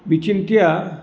विचिन्त्य